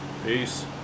Peace